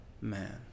man